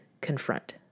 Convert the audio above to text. confront